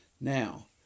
Now